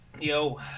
Yo